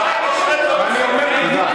תודה רבה.